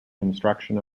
construction